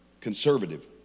conservative